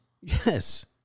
Yes